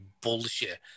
bullshit